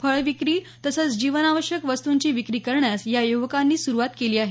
फळविक्री तसंच जीवनावश्यक वस्तूंची विक्री करण्यास या युवकांनी सुरुवात केली आहे